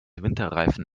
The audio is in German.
winterreifen